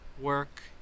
work